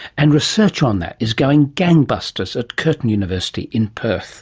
and research on that is going gang-busters at curtin university in perth